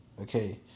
Okay